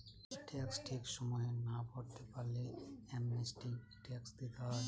tax ঠিক সময়ে না ভরতে পারলে অ্যামনেস্টি ট্যাক্স দিতে হয়